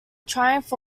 triumph